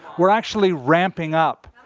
we're actually ramping up.